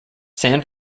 san